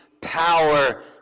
power